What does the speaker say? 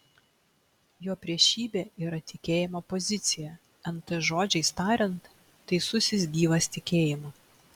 jo priešybė yra tikėjimo pozicija nt žodžiais tariant teisusis gyvas tikėjimu